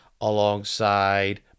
alongside